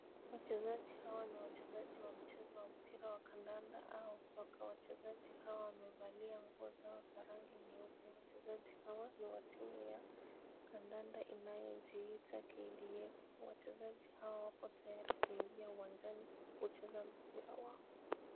Wachezaji hawa ni wachezaji wa mchezo wa mpira wa kandanda au soka. Wachezaji hawa wamevalia nguo zao za rangi nyeupe. Wachezaji hawa ni wa timu ya kandanda inayojiita KDF. Wachezaji hawa wako tayari kuingia uwanjani kucheza mpira wao.